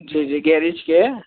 जी जी गैरिज के